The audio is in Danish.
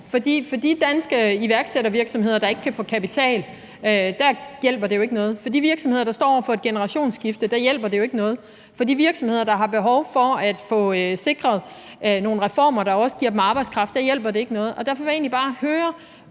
for de danske iværksættervirksomheder, der ikke kan få kapital, hjælper det jo ikke noget. For de virksomheder, der står over for et generationsskifte, hjælper det jo ikke noget. For de virksomheder, der har behov for at få sikret nogle reformer, der også giver dem arbejdskraft, hjælper det ikke noget. Derfor vil jeg egentlig bare høre,